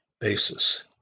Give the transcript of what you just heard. basis